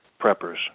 Preppers